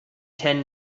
ten